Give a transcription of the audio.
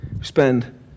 spend